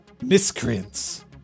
miscreants